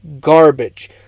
garbage